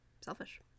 selfish